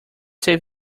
save